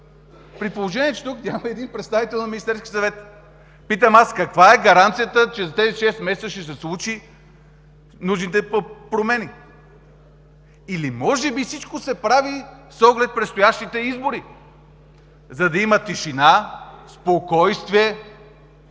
при положение че тук нямаме и един представител на Министерския съвет. Питам аз: каква е гаранцията, че за тези шест месеца ще се случат нужните промени или може би всичко се прави с оглед предстоящите избори, за да има тишина, спокойствие?!